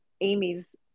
Amy's